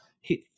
hit